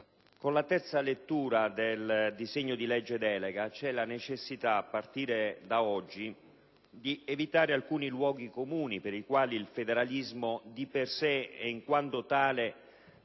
con la terza lettura del disegno di legge delega c'è la necessità, a partire da oggi, di evitare alcuni luoghi comuni per i quali il federalismo, di per sé e in quanto tale,